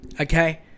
Okay